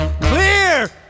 Clear